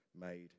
made